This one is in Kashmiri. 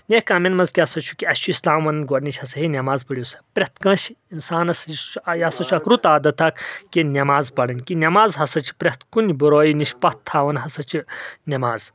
نیکھ کامٮ۪ن منٛز کیاہ سا چھُ کہِ اسہِ چھُ اسلام ونن گۄڈنیچ ہسا ہے نٮ۪ماز پٔرِو سا پرٮ۪تھ کٲنٛسہِ انسانس یُس یہِ ہسا چھُ اکھ رُت عادت اکھ کہِ نٮ۪ماز پرٕنۍ کہِ نٮ۪ماز ہسا چھِ پرٮ۪تھ کُنہِ بُرٲیی نِش پتھ تھاوان ہسا چھِ نٮ۪ماز